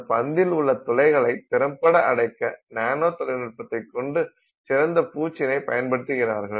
அந்த பந்தில் உள்ள துளைகளை திறம்பட அடைக்க நானோ தொழில்நுட்பத்தை கொண்டு சிறந்த பூச்சினை பயன்படுத்திகிறார்கள்